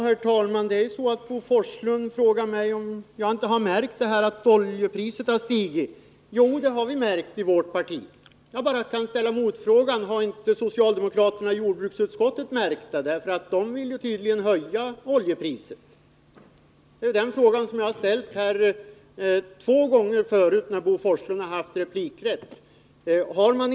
Herr talman! Bo Forslund frågar mig om jag inte har märkt att oljepriset har stigit. Jo, det har vi märkt i mitt parti. Jag kan ställa motfrågan: Har inte socialdemokraterna i jordbruksutskottet märkt att oljepriset har stigit? De vill ju tydligen höja det. Den frågan har jag ställt två gånger förut, medan Bo Forslund hade replikrätt.